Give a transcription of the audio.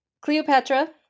cleopatra